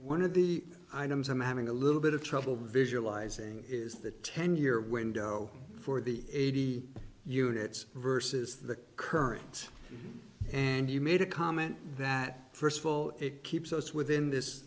one of the items i'm having a little bit of trouble visualizing is the ten year window for the eighty units versus the current and you made a comment that first of all it keeps us within this